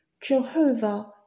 Jehovah